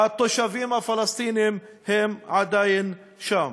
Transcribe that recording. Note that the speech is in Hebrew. התושבים הפלסטינים עדיין שם.